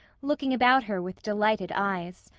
looking about her with delighted eyes.